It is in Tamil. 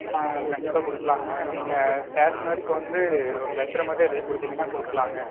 ஆ கண்டிப்பாக கொடுக்கலாம்ங்க நீங்கள் ஸ்டேஷன் வரைக்கும் வந்து ஒரு லெட்ரு மட்டும் எழுதி கொடுத்தீங்கன்னா கொடுக்கலாம்ங்க